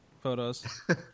Photos